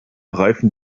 reifen